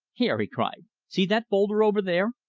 here! he cried. see that boulder over there?